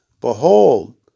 Behold